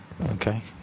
Okay